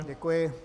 Děkuji.